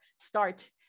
start